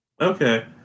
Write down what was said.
Okay